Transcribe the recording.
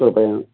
कृपया